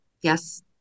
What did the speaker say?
Yes